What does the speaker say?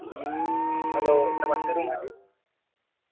hello नमस्ते रूमा जी